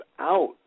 out